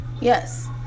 Yes